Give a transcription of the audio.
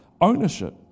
ownership